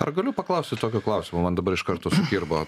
ar galiu paklausti tokio klausimo man dabar iš karto sukirbo